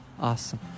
Awesome